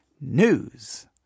news